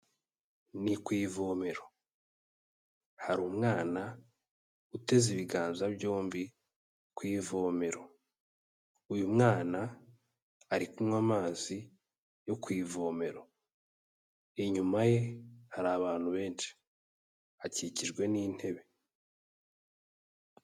Ni ku ivomero, hari umwana uteze ibiganza byombi ku ivomero, uyu mwana ari kunywa amazi yo ku ivomero, inyumaye hari abantu benshi, hakikijwe n'intebe.